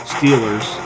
Steelers